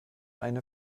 eine